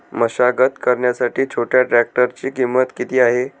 मशागत करण्यासाठी छोट्या ट्रॅक्टरची किंमत किती आहे?